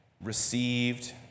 received